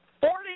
Forty